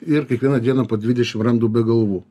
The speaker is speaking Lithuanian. ir kiekvieną dieną po dvidešim randu be galvų